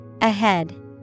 ahead